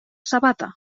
sabata